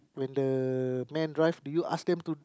when the man drive did you ask them to